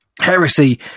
heresy